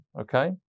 okay